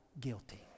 guilty